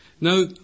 Now